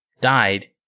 died